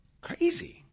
Crazy